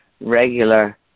regular